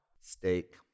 steak